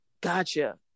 gotcha